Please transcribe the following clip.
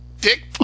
Dick